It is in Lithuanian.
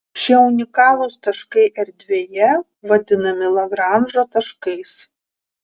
šie unikalūs taškai erdvėje vadinami lagranžo taškais